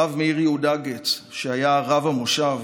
הרב מאיר יהודה גץ, שהיה רב המושב